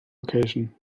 location